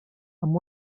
amb